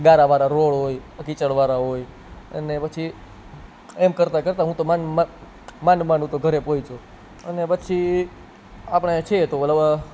ગારા વાળા રોડ હોય કીચ્ચડ વાળા હોય અને પછી એમ કરતાં કરતાં હું તો માંડ માંડ માંડ હું તો ઘરે પહોંચ્યો અને પછી આપણે છે તો વડ